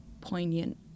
poignant